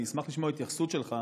אני אשמח לשמוע התייחסות שלך